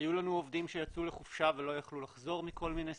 היו לנו עובדים שיצאו לחופשה ולא יכלו לחזור מכל מיני סיבות.